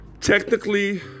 technically